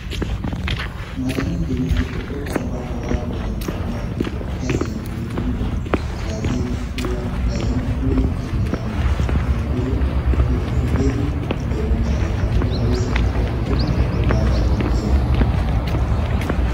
Mara nyingi mahali popote ambapo watu wanafanyiwa kazi na kuhudumiwa lazima kuwa, lazima kuwe na nidhamu, kama vile kupiga foleni, ndio mwenye alitangulia aweze kupewa huduma baada ya mwingine.